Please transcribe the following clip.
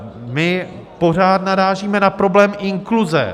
My pořád narážíme na problém inkluze.